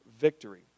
victory